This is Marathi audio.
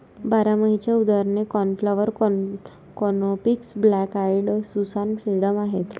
बारमाहीची उदाहरणे cornflower, coreopsis, black eyed Susan, sedum आहेत